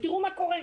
ותראו מה קורה.